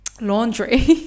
laundry